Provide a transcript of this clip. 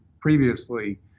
previously